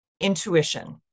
intuition